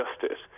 Justice